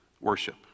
worship